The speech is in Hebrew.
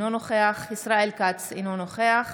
אינו נוכח ישראל כץ, אינו נוכח